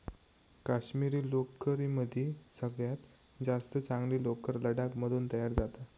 काश्मिरी लोकरीमदी सगळ्यात जास्त चांगली लोकर लडाख मधून तयार जाता